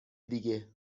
دیگه